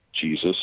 Jesus